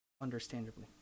understandably